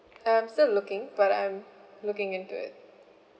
I'm still looking but I'm looking into it